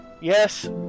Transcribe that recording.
yes